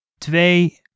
twee